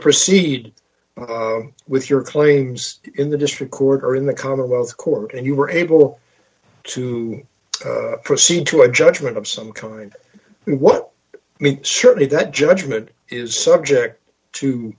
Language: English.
proceed with your claims in the district court or in the commonwealth court and you were able to proceed to a judgment of some kind what i mean surely that judgment is subject to